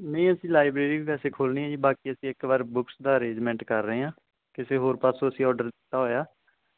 ਨਹੀਂ ਅਸੀਂ ਲਾਈਬ੍ਰੇਰੀ ਵੀ ਵੈਸੇ ਖੋਲ੍ਹਣੀ ਆ ਜੀ ਬਾਕੀ ਅਸੀਂ ਇੱਕ ਵਾਰ ਬੁਕਸ ਦਾ ਅਰੇਂਜਮੈਂਟ ਕਰ ਰਹੇ ਹਾਂ ਕਿਸੇ ਹੋਰ ਪਾਸੋਂ ਅਸੀਂ ਔਡਰ ਦਿੱਤਾ ਹੋਇਆ